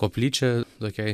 koplyčia tokiai